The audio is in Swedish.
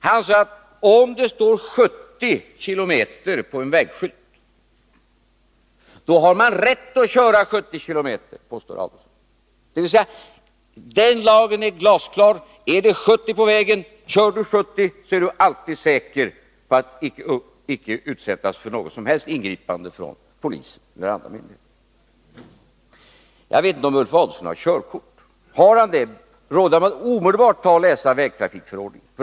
Han sade att om det står 70 km på en vägskylt, så har man rätt att köra 70 km. Den lagen är glasklar, säger Ulf Adelsohn: Är det 70 km på vägen och man kör med 70, så är man alltid säker på att icke utsättas för något som helst ingripande från polis eller annan myndighet. Jag vet inte om Ulf Adelsohn har körkort. Har han det, råder jag honom att omedelbart läsa vägtrafikförordningen.